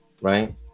right